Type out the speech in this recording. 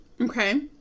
Okay